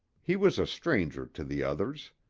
he was a stranger to the others.